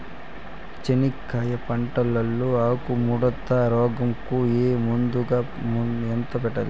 చెనక్కాయ పంట లో ఆకు ముడత రోగం కు ఏ మందు ఎంత వాడాలి?